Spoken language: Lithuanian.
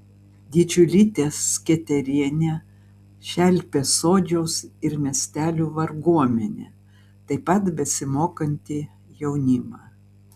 didžiulytė sketerienė šelpė sodžiaus ir miestelių varguomenę taip pat besimokantį jaunimą